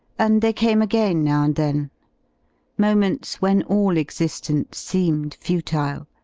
and they came again now and then moments when all exigence seemed futile,